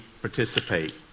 participate